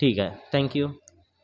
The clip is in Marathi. ठीक आहे थँक यू